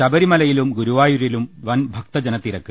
ശബ രിമലയിലും ഗുരുവായൂരിലും വൻ ഭക്തജനത്തിരക്ക്